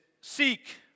seek